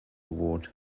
award